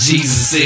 Jesus